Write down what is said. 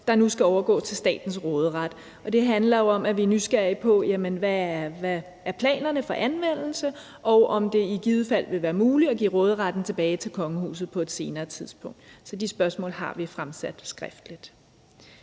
der nu skal overgå til statens råderet, og det handler jo om, at vi er nysgerrige efter at høre, hvad der er planerne for anvendelsen, og om det i givet fald vil være muligt at give råderetten tilbage til kongehuset på et senere tidspunkt. Så de spørgsmål har vi fremsendt skriftligt.